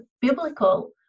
biblical